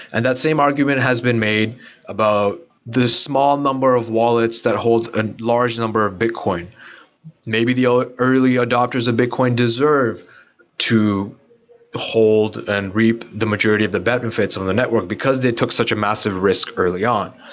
and that same argument has been made about the small number of wallets that hold and large number of bitcoin maybe the ah early adopters of bitcoin deserve to hold and reap the majority of the benefits on the network because they took such a massive risk early on.